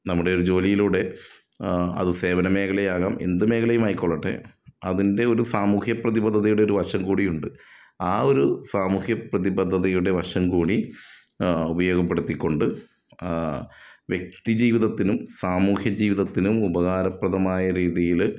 നമ്മുടെ ഒരു ജോലിയിലൂടെ അത് സേവന മേഖലയാവാം എന്ത് മേഖലയും ആയിക്കൊള്ളട്ടെ അതിൻ്റെ ഒരു സാമൂഹ്യ പ്രതിബന്ധതയുടെ ഒരുവശം കൂടിയുണ്ട് ആ ഒരു സാമൂഹ്യ പ്രതിബന്ധതയുടെ വശം കൂടി ഉപയോഗപ്പെടുത്തിക്കൊണ്ട് വ്യക്തിജീവിതത്തിനും സാമൂഹ്യജീവിതത്തിനും ഉപകാരപ്രദമായ രീതിയിൽ